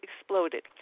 exploded